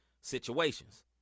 situations